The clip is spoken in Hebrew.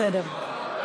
בסדר.